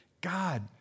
God